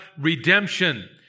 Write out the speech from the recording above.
redemption